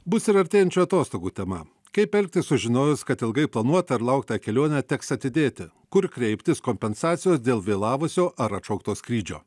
bus ir artėjančių atostogų tema kaip elgtis sužinojus kad ilgai planuotą ar lauktą kelionę teks atidėti kur kreiptis kompensacijos dėl vėlavusio ar atšaukto skrydžio